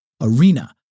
Arena